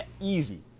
easy